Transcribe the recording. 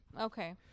Okay